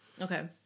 okay